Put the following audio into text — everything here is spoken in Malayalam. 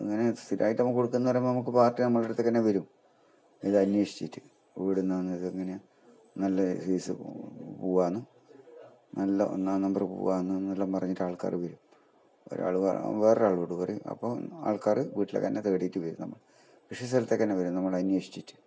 അങ്ങനെ സ്ഥിരമായിട്ട് നമ്മ കൊടുക്കുന്നു പറയുമ്പം പാർട്ടി നമ്മള അടുത്തേക്ക് തന്നെ വരും ഇത് അന്വേഷിച്ചിട്ട് എവിടെ നിന്നാണ് ഇത് എങ്ങനെയാണ് നല്ല സൈസ് പൂവാണ് നല്ല ഒന്നാം നമ്പർ പൂവാന്നെല്ലാം പറഞ്ഞിട്ട് ആൾക്കാർ വരും ഒരാൾ വേറൊരാളോട് പറയും അപ്പം ആൾക്കാർ വീട്ടിലേക്ക് തന്നെ തേടിയിട്ട് വരും നമ്മൾ കൃഷി സ്ഥലത്തേക്ക് തന്നെ വരും നമ്മളെ അന്വേഷിച്ചിട്ട്